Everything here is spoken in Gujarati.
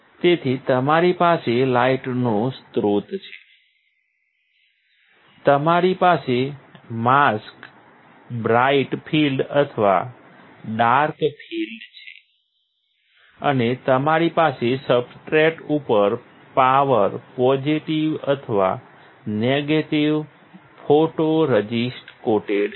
તેથી તમારી પાસે લાઇટનો સ્ત્રોત છે તમારી પાસે માસ્ક બ્રાઇટ ફીલ્ડ અથવા ડાર્ક ફીલ્ડ છે અને તમારી પાસે સબસ્ટ્રેટ ઉપર પાવર પોઝિટિવ અથવા નેગેટિવ ફોટોરઝિસ્ટ કોટેડ છે